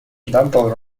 double